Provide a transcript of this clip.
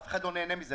אף אחד לא נהנה מזה,